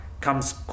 comes